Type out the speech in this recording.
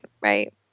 right